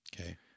Okay